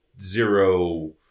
zero